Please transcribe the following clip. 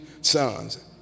sons